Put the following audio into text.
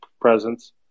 presence